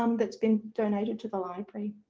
um that's been donated to the library.